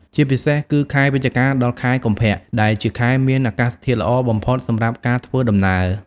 ជាពិសេសគឺខែវិច្ឆិកា ដល់ខែកុម្ភៈ ដែលជាខែមានអាកាសធាតុល្អបំផុតសម្រាប់ការធ្វើដំណើរ។